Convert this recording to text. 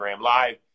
Live